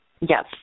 Yes